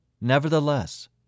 Nevertheless